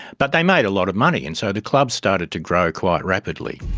but they made a lot of money. and so the clubs started to grow quite rapidly.